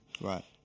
Right